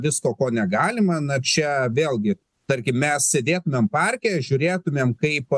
visko ko negalima na čia vėlgi tarkim mes sėdėtumėm parke žiūrėtumėm kaip